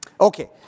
Okay